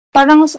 Parang